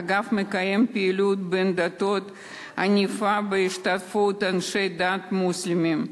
האגף מקיים פעילות בין-דתית ענפה בהשתתפות אנשי דת מוסלמים.